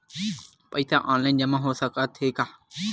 पईसा ऑनलाइन जमा हो साकत हे का?